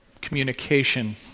communication